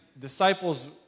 disciples